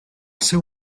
seu